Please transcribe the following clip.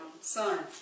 son